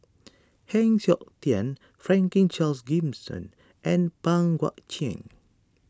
Heng Siok Tian Franklin Charles Gimson and Pang Guek Cheng